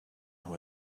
who